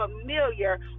familiar